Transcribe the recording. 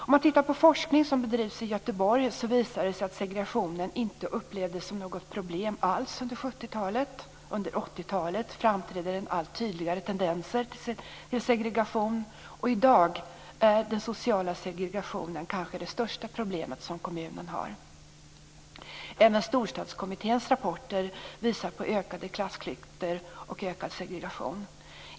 När man ser på den forskning som bedrivits i Göteborg visar det sig att segregationen under 70-talet inte alls upplevdes som något problem. Under 80-talet framträdde allt tydligare tendenser till segregation, och i dag är den sociala segregationen kanske det största problem som kommunen har. En av Storstadskommitténs rapporter visar på ökade klassklyftor och ökad segregation.